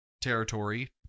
territory